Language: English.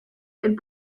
and